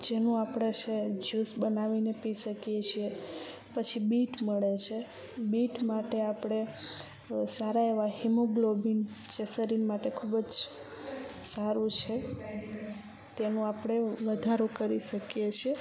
જેનું આપણે છે જ્યુસ બનાવીને પી શકીએ છીએ પછી બીટ મળે છે બીટ માટે આપણે સારા એવાં હિમોગ્લોબિન જે શરીર માટે ખૂબ જ સારું છે તેનું આપણે વધારો કરી શકીએ છીએ